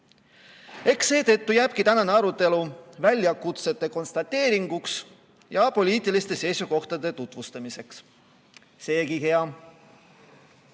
Eks seetõttu jääbki tänane arutelu väljakutsete konstateeringuks ja poliitiliste seisukohtade tutvustamiseks. Seegi hea.